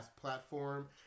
platform